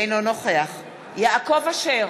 אינו נוכח יעקב אשר,